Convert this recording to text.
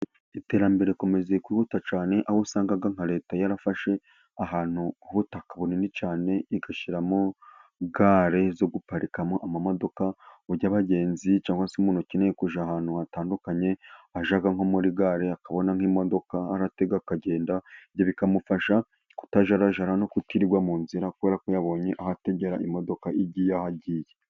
Iterambere rikomeje kwihuta cyane, aho usanga nka Leta yarafashe ahantu h'ububutaka bunini cyane, igashyiramo gare yo guparikamo imodoka, ku buryo abagenzi cyangwa se umuntu ukeneye kujya ahantu hatandukanye, ajya nko muri gare akabona nk'imodoka aratega akagenda. Ibyo bikamufasha kutajarajara no kutirirwa mu nzira, kubera ko yabonye aho ategera imodoka igiye aho agiye.